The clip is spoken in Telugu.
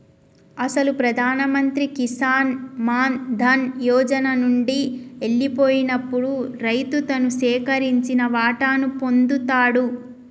అసలు ప్రధాన మంత్రి కిసాన్ మాన్ ధన్ యోజన నండి ఎల్లిపోయినప్పుడు రైతు తను సేకరించిన వాటాను పొందుతాడు